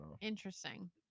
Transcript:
Interesting